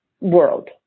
world